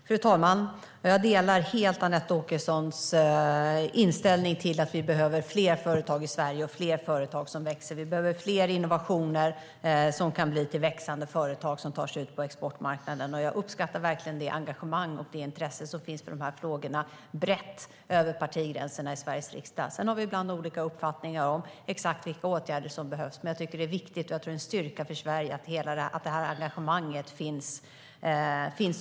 Fru talman! Jag delar helt Anette Åkessons inställning att vi behöver fler företag i Sverige och fler företag som växer. Vi behöver fler innovationer som kan bli till växande företag, som tar sig ut på exportmarknaden. Jag uppskattar verkligen det engagemang och det intresse som finns i de här frågorna brett över partigränserna i Sveriges riksdag. Sedan har vi ibland olika uppfattningar om exakt vilka åtgärder som behövs. Men jag tycker att det är viktigt och tror att det är en styrka för Sverige att det finns ett brett engagemang i riksdagen.